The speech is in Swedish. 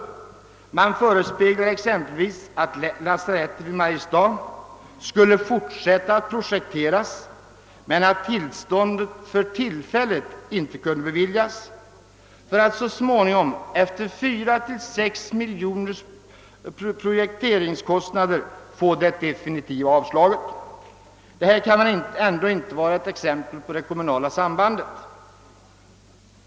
Landstinget i mitt län förespeglades exempelvis att projekte ringen för lasarettet i Mariestad skulle få fortsätta men att tillståndet för tillfället inte kunde beviljas, för att så småningom, efter projekteringskostnader för fyra—sex miljoner kronor, få tillståndet till sjukhusbygget definitivt avslaget. Detta kan väl ändå inte vara ett exempel på det kommunala sambandet!